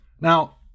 Now